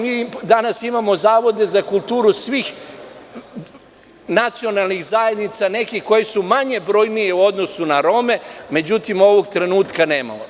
Mi danas imamo zavode za kulturu svih nacionalnih zajednica, nekih koje su manje brojnije u odnosu na Rome, međutim, ovog trenutka nemamo.